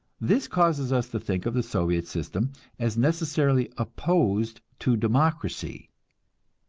this causes us to think of the soviet system as necessarily opposed to democracy,